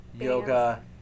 yoga